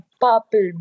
purple